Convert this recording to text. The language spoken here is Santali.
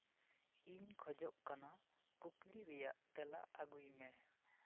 ᱤᱧ ᱠᱷᱚᱡᱚᱜ ᱠᱟᱱᱟ ᱠᱩᱠᱞᱤ ᱨᱮᱭᱟᱜ ᱛᱮᱞᱟ ᱟᱹᱜᱩᱭ ᱢᱮ